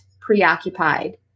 preoccupied